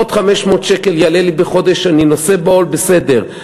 עוד 500 שקל יעלה לי בחודש, אני נושא בעול, בסדר.